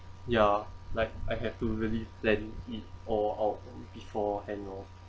ya like I have to really plan it all out beforehand of